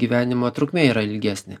gyvenimo trukmė yra ilgesnė